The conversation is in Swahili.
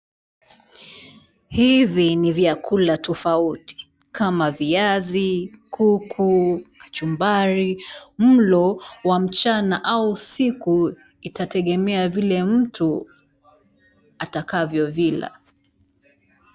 Hivi ni vyakula tofauti kama viazi, kuku, kachumbari. Mlo wa mchana au usiku itategemea vile mtu atakavyovila.